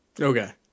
Okay